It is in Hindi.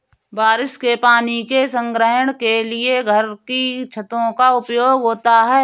बारिश के पानी के संग्रहण के लिए घर की छतों का उपयोग होता है